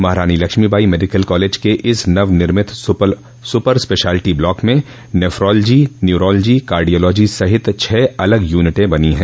महारानी Lakshmibai medical college के इस नवनिर्मित सूपर स्पेशलिटी ब्लॉक में नेफोलॉजी न्यूरोलॉजी कार्डियोलॉजी सहित छह अलग यूनिटें बनी हैं